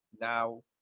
now